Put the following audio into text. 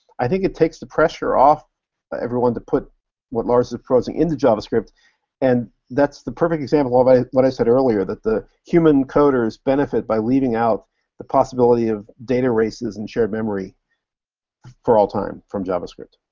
i think it takes the pressure off everyone to put what lars is proposing into javascript and that's the perfect example ah of what i said earlier, that the human coders benefit by leaving out the possibility of data races and shared memory for all time from javascript.